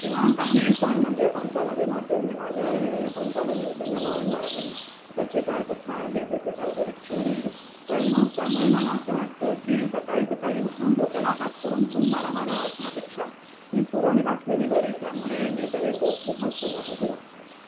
किंवा काही पण म्हणजे कोणता नवीन हॉटेल निघालं आहे कोणता नवीन सिनेमा आला आहे त्याची काय कथा आहे त्याचं काय परिक्षण आहे तर मग त्यामुळे मला असं वाटतं की सकाळी सकाळी उठून डोक्याला ताप करून खून मारामाऱ्या वाचण्यापेक्षा तीच पुरवणी वाचलेली बरी त्यामुळे मी तरी तोच विभाग सर्वात आधी वाचते